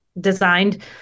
designed